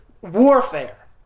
warfare